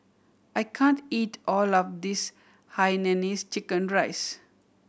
I can't eat all of this Hainanese chicken rice